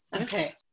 Okay